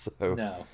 No